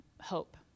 hope